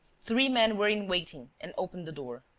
three men were in waiting and opened the door.